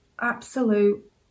absolute